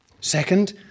Second